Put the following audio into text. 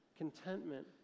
Contentment